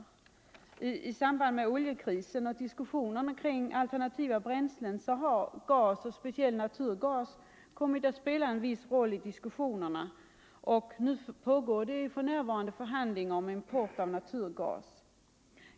I de diskussioner som fördes i samband med oljekrisen rörande alternativa bränslen kom gasen, speciellt då naturgas, att spela en viss roll, och förhandlingar pågår för närvarande om import av naturgas.